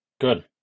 Good